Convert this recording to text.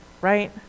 right